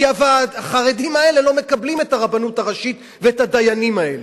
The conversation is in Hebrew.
כי החרדים האלה לא מקבלים את הרבנות הראשית ואת הדיינים האלה,